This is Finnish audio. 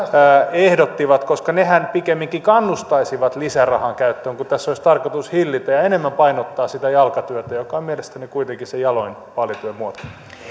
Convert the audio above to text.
ehdottivat koska nehän pikemminkin kannustaisivat lisärahan käyttöön kun tässä olisi tarkoitus hillitä sitä ja enemmän painottaa sitä jalkatyötä joka on mielestäni kuitenkin se jaloin vaalityön muoto